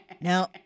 Now